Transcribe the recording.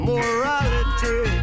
Morality